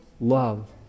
love